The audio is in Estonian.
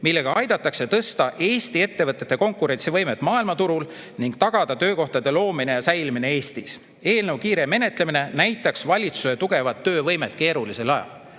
millega aidatakse tõsta Eesti ettevõtete konkurentsivõimet maailmaturul ning tagada töökohtade loomine ja säilimine Eestis. Eelnõu kiire menetlemine näitaks valitsuse tugevat töövõimet keerulisel ajal."